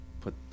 put